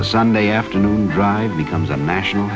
the sunday afternoon drive becomes a national